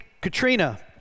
Katrina